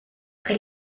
que